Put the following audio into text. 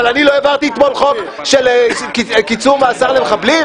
אבל אני לא העברתי אתמול חוק של קיצור מאסר למחבלים,